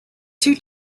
two